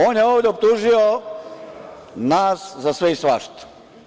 On je ovde optužio nas za sve i svašta.